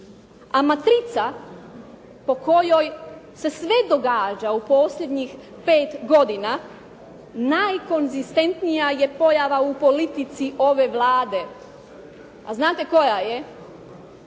A matrica po kojoj se sve događa u posljednjih 5 godina najkonzistentnija je pojava u politici ove Vlade. A znate koja je?